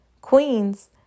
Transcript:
queens